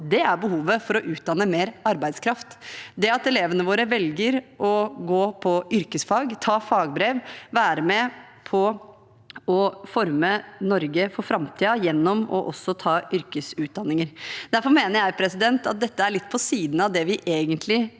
er behovet for å utdanne mer arbeidskraft – få elevene våre til å velge å gå på yrkesfag, ta fagbrev, være med på å forme Norge for framtiden gjennom også å ta yrkesutdanninger. Derfor mener jeg at dette er litt på siden av det vi i